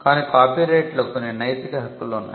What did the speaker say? కాని కాపీరైట్లో కొన్ని నైతిక హక్కులు ఉన్నాయి